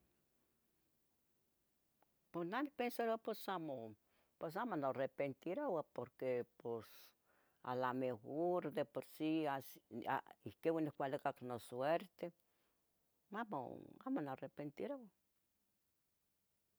po neh nicpensaroua, pos amo, pos amo. norepentiroua, porque pos, a lamejor. de porsì as, a ihquin onihualicac nosuerten. amo, amo nimoarenteoouh.